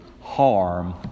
harm